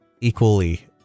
equally